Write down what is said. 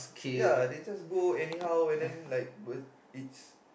ya they just go anyhow and then like it's